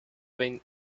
been